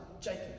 Jacob